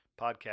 podcast